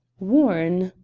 warn?